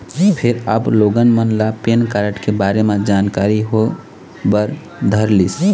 फेर अब लोगन मन ल पेन कारड के बारे म जानकारी होय बर धरलिस